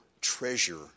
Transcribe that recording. treasure